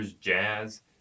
Jazz